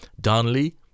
Donnelly